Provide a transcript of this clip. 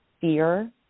fear